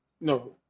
No